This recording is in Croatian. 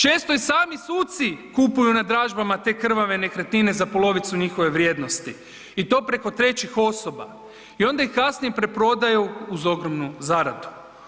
Često i sami suci kupuju na dražbama te krvave nekretnine za polovicu njihove vrijednosti i to preko trećih osoba i onda ih kasnije preprodaju uz ogromnu zaradu.